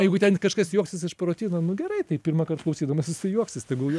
jeigu ten kažkas juoksis iš pirotino nu gerai tai pirmąkart klausydamas jisai juoksis tegul juo